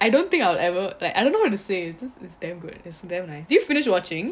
I don't think I will ever like I don't know what to say it's just damn good it's damn nice do you finish watching